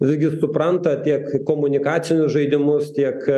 visgi supranta tiek komunikacinius žaidimus tiek